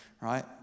Right